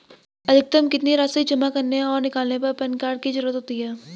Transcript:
अधिकतम कितनी राशि जमा करने और निकालने पर पैन कार्ड की ज़रूरत होती है?